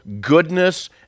goodness